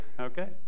Okay